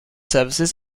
services